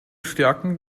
stärken